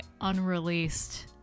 unreleased